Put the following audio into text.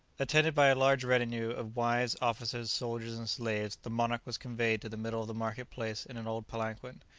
attended by a large retinue of wives, officers, soldiers, and slaves, the monarch was conveyed to the middle of the market-place in an old palanquin,